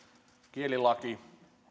kielilaki